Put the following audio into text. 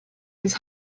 his